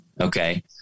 Okay